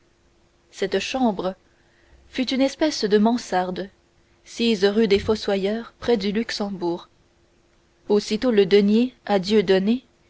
cette chambre fut une espèce de mansarde sise rue des fossoyeurs près du luxembourg aussitôt le denier à dieu